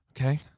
Okay